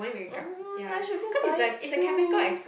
um I should go buy it too